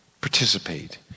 Participate